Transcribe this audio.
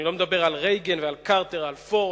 אני לא מדבר על רייגן, על קרטר, על פורד,